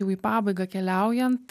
jau į pabaigą keliaujant